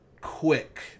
quick